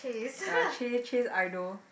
ya ch~ chase idol